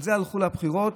על זה הלכו לבחירות,